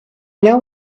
know